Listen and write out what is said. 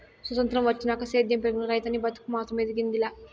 సొత్రంతం వచ్చినాక సేద్యం పెరిగినా, రైతనీ బతుకు మాత్రం ఎదిగింది లా